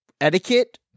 etiquette